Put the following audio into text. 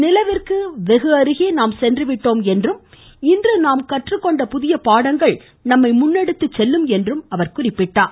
நிலவிற்கு வெகு அருகே நாம் சென்றுவிட்டோம் என்றும் இன்று நாம் கற்றுக்கொண்ட புதிய பாடங்கள் நம்மை முன்னெடுத்துச் செல்லும் என்றும் கூறினார்